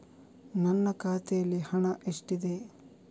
ನನ್ನ ಖಾತೆಯಲ್ಲಿ ಹಣ ಎಷ್ಟಿದೆ?